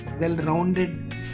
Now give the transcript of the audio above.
well-rounded